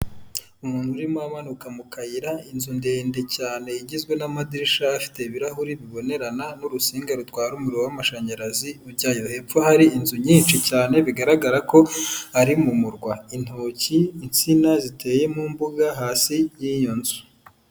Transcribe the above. Umuntu urimo anuka mu kayira inzu ndende cyane igizwe n'amadirisha afite ibirahuri bibonerana n'urusinga rutwara umuriro w'amashanyarazi rujyayo hepfo hari inzu nyinshi cyane bigaragara ko ari mu murwa, intoki, insina ziteye mu mbuga hasi y'iyo nzu.